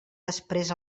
després